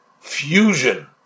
fusion